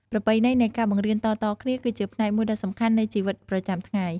ប្រពៃណីនៃការបង្រៀនតៗគ្នា គឺជាផ្នែកមួយដ៏សំខាន់នៃជីវិតប្រចាំថ្ងៃ។